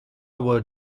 were